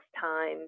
time